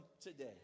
today